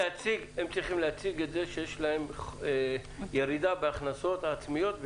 הם צריכים להציג ירידה בהכנסות עצמיות.